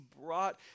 brought